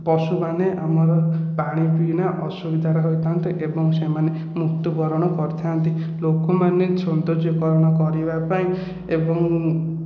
ପଶୁମାନେ ଆମର ପାଣି ପିଇଲେ ଅସୁବିଧା ହୋଇଥାନ୍ତି ଏବଂ ସେମାନେ ମୃତ୍ଯୁ ବରଣ କରିଥାନ୍ତି ଲୋକମାନେ ସୌନ୍ଦର୍ଯ୍ୟ କରଣ କରିବାପାଇଁ ଏବଂ